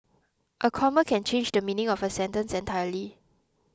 a comma can change the meaning of a sentence entirely